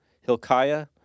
Hilkiah